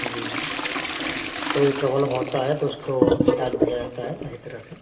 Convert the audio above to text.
जी हाँ कोई प्रॉब्लम होता है तो उसको दिया जाता है वही तरह से